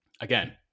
again